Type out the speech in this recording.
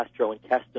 gastrointestinal